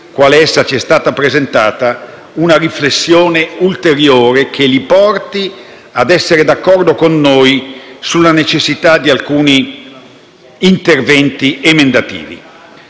testo che ci è stato presentato, una riflessione ulteriore che li porti a essere d'accordo con noi sulla necessità di alcuni interventi emendativi.